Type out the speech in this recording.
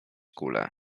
kule